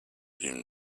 him